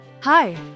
Hi